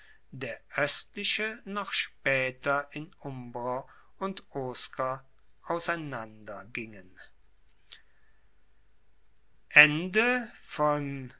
der oestliche noch spaeter in umbrer und osker auseinander gingen